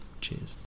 Cheers